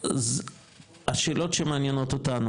השאלות שמעניינות אותנו,